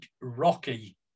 Rocky